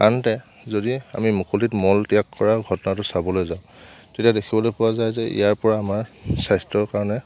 আনহাতে যদি আমি মুকলিত মলত্যাগ কৰা ঘটনাটো চাবলৈ যাওঁ তেতিয়া দেখিবলৈ পোৱা যায় যে ইয়াৰ পৰা আমাৰ স্বাস্থ্যৰ কাৰণে